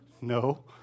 No